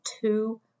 two